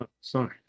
Sorry